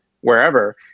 wherever